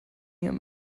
ihrem